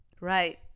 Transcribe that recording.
Right